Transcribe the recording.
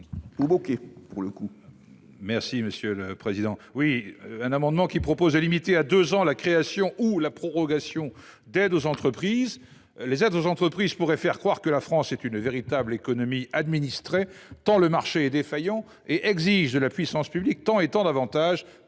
: La parole est à M. Éric Bocquet. Nous proposons de limiter à deux ans la création ou la prorogation d’aides aux entreprises. Les aides aux entreprises pourraient laisser croire que la France est une véritable économie administrée, tant le marché est défaillant et exige de la puissance publique tant et tant d’avantages